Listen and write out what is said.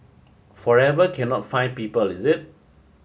forever cannot find people is it